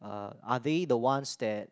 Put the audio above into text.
uh are they the ones that